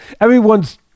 everyone's